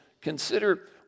consider